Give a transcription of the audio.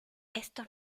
esto